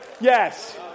Yes